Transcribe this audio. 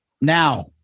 Now